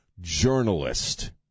journalist